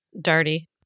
dirty